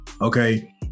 okay